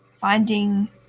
finding